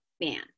man